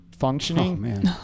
Functioning